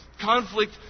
Conflict